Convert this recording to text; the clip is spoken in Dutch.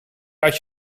uit